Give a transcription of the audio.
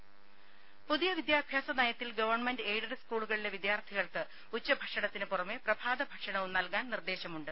രുമ പുതിയ വിദ്യാഭ്യാസ നയത്തിൽ ഗവൺമെന്റ് എയ്ഡഡ് സ്കൂളുകളിലെ വിദ്യാർത്ഥികൾക്ക് ഉച്ചഭക്ഷണത്തിന് പുറമെ പ്രഭാത ഭക്ഷണവും നൽകാൻ നിർദ്ദേശമുണ്ട്